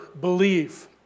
believe